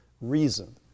reason